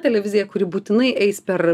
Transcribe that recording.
televizija kuri būtinai eis per